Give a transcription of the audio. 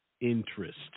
interest